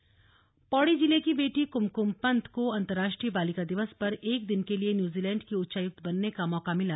कुमकुम पंत पौड़ी जिले की बेटी कमक्म पन्त को अंतरराष्ट्रीय बालिका दिवस पर एक दिन के लिए न्यूजीलैंड की उच्चायुक्त बनने का मौका मिला